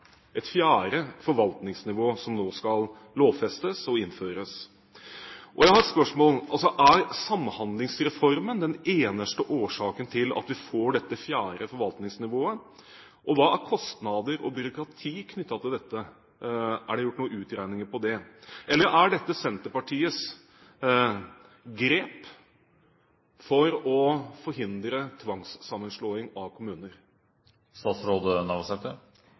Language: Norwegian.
et nytt forvaltningsnivå, nemlig samkommuner, et fjerde forvaltningsnivå som nå skal lovfestes og innføres. Jeg har et spørsmål: Er Samhandlingsreformen den eneste årsaken til at vi får dette fjerde forvaltningsnivået? Hva er kostnadene for byråkrati knyttet til dette, er det gjort noen utregninger her? Eller er dette Senterpartiets grep for å forhindre tvangssammenslåing av